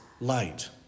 light